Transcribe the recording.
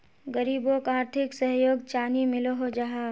गरीबोक आर्थिक सहयोग चानी मिलोहो जाहा?